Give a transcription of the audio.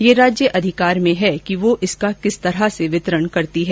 ये राज्य अधिकार में है कि यो इसका किस तरह से वितरण करती है